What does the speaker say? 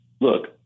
look